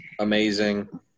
amazing